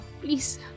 please